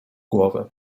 głowy